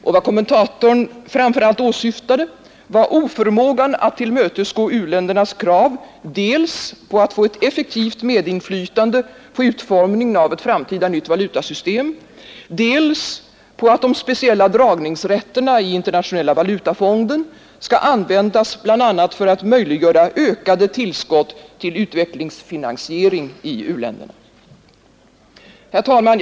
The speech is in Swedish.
Och vad kommentatorn framför allt åsyftade var oförmågan att tillmötesgå u-ländernas krav dels på att få ett effektivt medinflytande på utformningen av ett framtida nytt valutasystem, dels på att de speciella dragningsrätterna i internationella valutafonden skall användas bl.a. för att möjliggöra ökade tillskott till utvecklingsfinansiering i u-länderna. Herr talman!